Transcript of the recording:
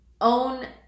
Own